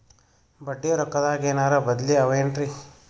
ಬಡ್ಡಿ ರೊಕ್ಕದಾಗೇನರ ಬದ್ಲೀ ಅವೇನ್ರಿ?